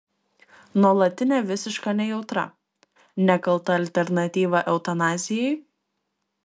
nuolatinė visiška nejautra nekalta alternatyva eutanazijai